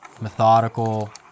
methodical